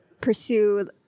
pursue